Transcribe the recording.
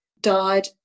died